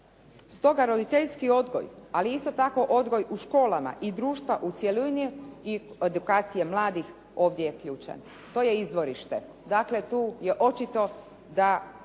Stoga roditeljski odgoj, ali isto tako odgoj u školama i društva u cjelini i edukacije mladih ovdje je ključan. To je izvorište, dakle, tu je očito da